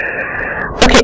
Okay